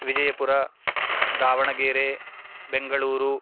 Vijaypur Davanagere Bengaluru